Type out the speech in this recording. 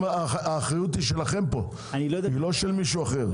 האחריות היא שלכם פה, לא של מישהו אחר.